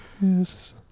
Yes